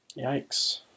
Yikes